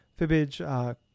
Fibbage